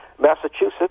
Massachusetts